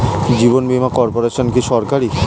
জীবন বীমা কর্পোরেশন কি সরকারি?